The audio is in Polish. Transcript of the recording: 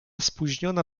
spóźniona